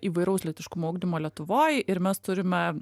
įvairaus lytiškumo ugdymo lietuvoj ir mes turime